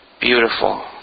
beautiful